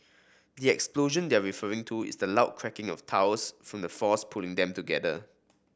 yet explosion they're referring to is the loud cracking of tiles from the force pulling them together